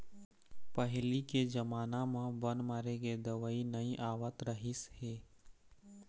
पहिली के जमाना म बन मारे के दवई नइ आवत रहिस हे